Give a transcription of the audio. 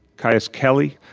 kious kelly,